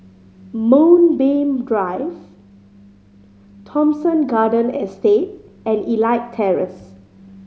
Moonbeam Drive Thomson Garden Estate and Elite Terrace